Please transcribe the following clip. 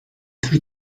tür